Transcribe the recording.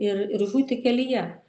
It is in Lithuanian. ir ir žūti kelyje